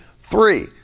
three